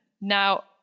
Now